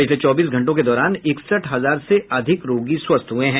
पिछले चौबीस घंटों के दौरान इकसठ हजार से अधिक रोगी स्वस्थ हुए हैं